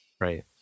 Right